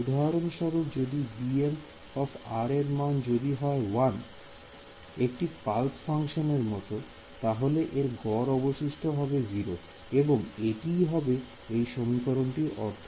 উদাহরণস্বরূপ যদি bm এর মান যদি হয় 1 একটি পালস ফাংশনের মত তাহলে এর গড় অবশিষ্ট হবে 0 এবং এটিই হবে এই সমীকরণটির অর্থ